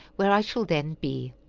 where i shall then be.